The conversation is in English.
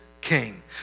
king